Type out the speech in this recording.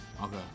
Okay